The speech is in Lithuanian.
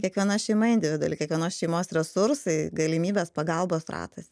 kiekviena šeima individuali kiekvienos šeimos resursai galimybės pagalbos ratas